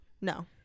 No